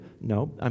No